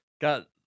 got